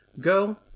Go